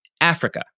Africa